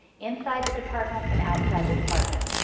inside the department and outside the department.